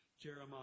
Jeremiah